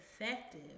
effective